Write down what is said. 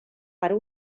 per